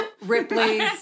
Ripley's